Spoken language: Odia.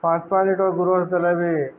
ପାଞ୍ଚ ପାଞ୍ଚ ଟା ଗୋରୁର ଚଲାଇବି